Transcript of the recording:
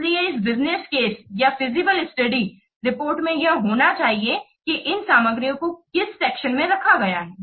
इसलिए इस business case या फीजिबल स्टडी रिपोर्ट में यह होना चाहिए कि इन सामग्रियों को किस सेक्शन में रखा गया है